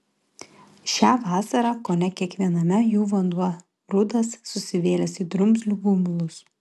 šią vasarą kone kiekviename jų vanduo rudas susivėlęs į drumzlių gumulus